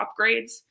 upgrades